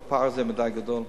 והפער הזה גדול מדי.